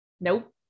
nope